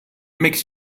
makes